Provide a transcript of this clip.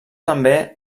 també